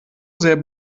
sehr